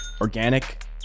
organic